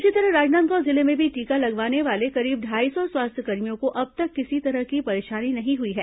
इसी तरह राजनांदगांव जिले में भी टीका लगवाने वाले करीब ढाई सौ स्वास्थ्यकर्मियों को अब तक किसी तरह की परेशानी नहीं हुई है